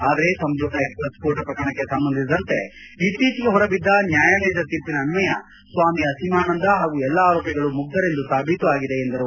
ಆದರೆ ಸಂಜೋತಾ ಎಕ್ಸ್ಪ್ರೆಸ್ ಸ್ಫೋಟ ಪ್ರಕರಣಕ್ಕೆ ಸಂಬಂಧಿಸಿದಂತೆ ಇತ್ತೀಚೆಗೆ ಹೊರಬಿದ್ದ ನ್ಯಾಯಾಲಯದ ತೀರ್ಪಿನ ಅನ್ವಯ ಸ್ವಾಮಿ ಅಸೀಮಾನಂದ ಹಾಗೂ ಎಲ್ಲ ಆರೋಪಿಗಳು ಮುಗ್ಧರೆಂದು ಸಾಬೀತುಪಡಿಸಿದೆ ಎಂದರು